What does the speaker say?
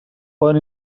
poden